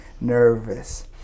nervous